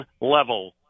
level